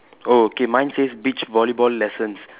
oh okay mine says beach volleyball lessons